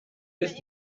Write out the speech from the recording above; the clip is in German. ist